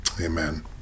amen